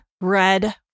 red